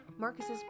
Marcus's